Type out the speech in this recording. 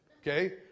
Okay